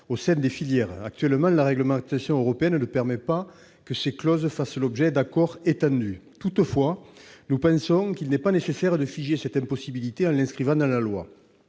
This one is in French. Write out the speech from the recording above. au sein des filières. Actuellement, la réglementation européenne ne permet pas que ces clauses fassent l'objet d'accords étendus. Toutefois, nous pensons qu'il n'est pas nécessaire de figer cette impossibilité en l'inscrivant dans la loi.